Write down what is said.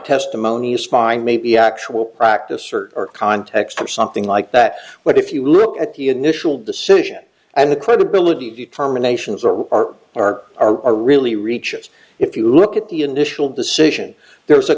testimony of spying maybe actual practice or context or something like that what if you look at the initial decision and the credibility determinations r r r r r really reaches if you look at the initial decision there was a